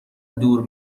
دور